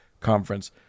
Conference